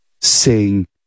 sing